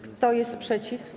Kto jest przeciw?